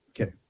Okay